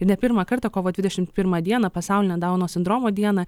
ir ne pirmą kartą kovo dvidešimt pirmą dieną pasaulinę dauno sindromo dieną